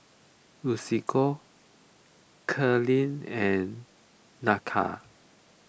Lucio Kathleen and Nakia